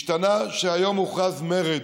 השתנה שהיום הוכרז מרד.